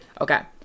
Okay